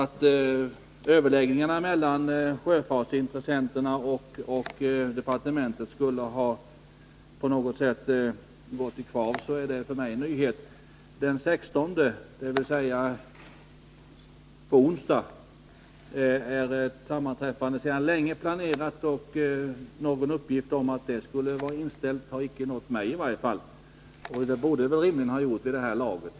Att överläggningarna mellan sjöfartsintressenterna och departementet skulle ha gått i kvav, som frågeställaren uppgav, är en nyhet för mig. Den 16 december, dvs. på onsdag, är ett sammanträffande sedan länge planerat, och någon uppgift om att det skulle vara inställt har i varje fall inte nått mig, och det borde det i så fall rimligen ha gjort.